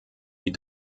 die